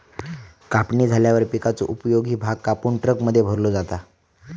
कापणी झाल्यावर पिकाचो उपयोगी भाग कापून ट्रकमध्ये भरलो जाता